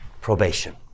probation